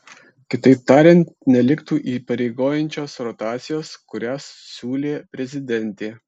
kitaip tariant neliktų įpareigojančios rotacijos kurią siūlė prezidentė